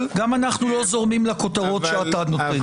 גם אנחנו לא זורמים לכותרות שאתה נותן.